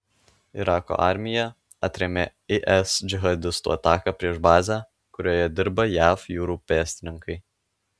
irako armija atrėmė is džihadistų ataką prieš bazę kurioje dirba jav jūrų pėstininkai